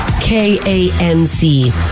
K-A-N-C